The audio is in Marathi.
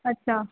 अच्छा